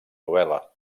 novel·la